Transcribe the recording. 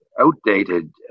outdated